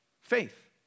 faith